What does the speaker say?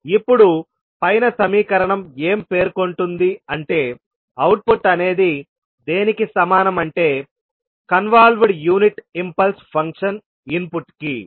ఇప్పుడు పైన సమీకరణం ఏం పేర్కొంటుంది అంటే అవుట్పుట్ అనేది దేనికి సమానం అంటే convolved unit impulse function input కి